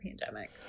pandemic